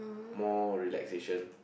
more relaxation